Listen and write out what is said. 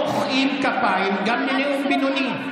לא מוחאים כפיים, גם לנאום בינוני.